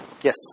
Yes